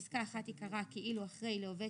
פסקה (1) תיקרא לגבי עובד שירותי הביטחון כאילו אחרי "לעובד